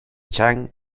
chang